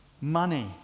money